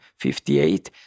58